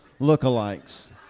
lookalikes